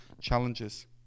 challenges